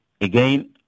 Again